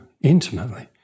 intimately